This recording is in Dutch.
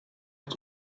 tot